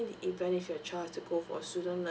in the event if your child have to go for a student learning